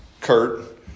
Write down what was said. Kurt